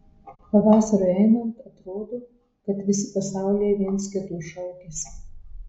pavasariui einant atrodo kad visi pasaulyje viens kito šaukiasi